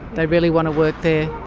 they really want to work there?